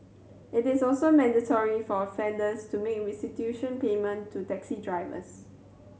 it is also mandatory for offenders to make restitution payment to taxi drivers